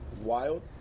wild